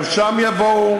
גם שם יבואו,